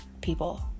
people